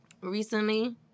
recently